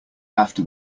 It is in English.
after